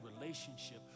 relationship